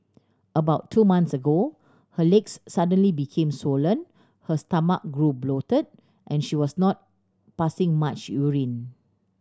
about two months ago her legs suddenly became swollen her stomach grew bloated and she was not passing much urine